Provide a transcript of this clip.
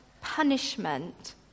punishment